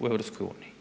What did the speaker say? u EU.